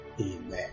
Amen